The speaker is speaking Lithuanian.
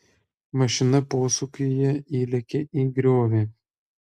mašina posūkyje įlėkė į griovį